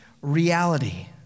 reality